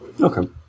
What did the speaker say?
Okay